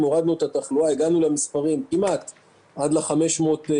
הורדנו את התחלואה והגענו כמעט למספרים של 594